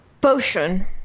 Potion